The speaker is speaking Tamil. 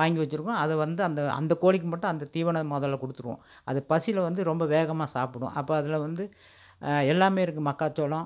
வாங்கி வச்சு இருக்கோம் அது வந்து அந்த அந்தக் கோழிக்கு மட்டும் அந்தத் தீவனம் முதல்ல கொடுத்துடுவோம் அது பசியில வந்து ரொம்ப வேகமாக சாப்பிடும் அப்போ அதில் வந்து எல்லாமே இருக்குது மக்காச்சோளம்